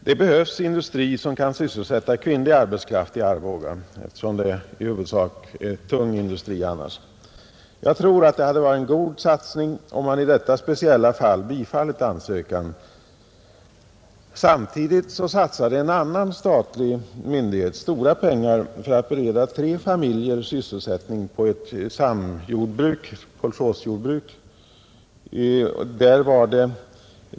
Det behövs industri som kan sysselsätta kvinnlig arbetskraft i Arboga, eftersom det annars i huvudsak är tung industri där. Jag tror att det hade varit en god satsning om man i detta speciella fall hade bifallit ansökan. Samtidigt satsade en annan statlig myndighet stora pengar för att bereda tre familjer sysselsättning på ett samjordbruk — ett kolchosjordbruk.